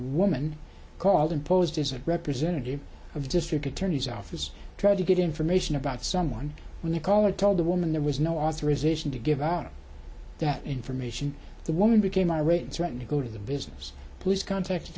woman called and posed as a representative of district attorney's office trying to get information about someone when a caller told the woman there was no authorization to give out that information the woman became irate and threatened to go to the business police cont